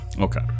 okay